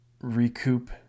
recoup